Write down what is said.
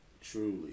truly